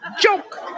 joke